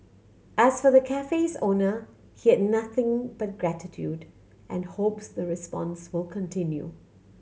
as for the cafe's owner he had nothing but gratitude and hopes the response will continue